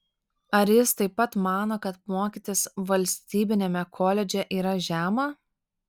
ar jis taip pat mano kad mokytis valstybiniame koledže yra žema